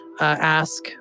ask